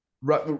Right